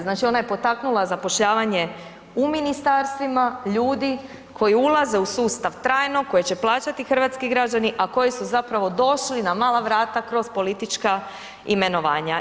Znači ona je potaknula zapošljavanje u ministarstvima ljudi koji ulaze u sustav trajno, koje će plaćati hrvatski građani, a koji su zapravo došli na mala vrata kroz politička imenovanja.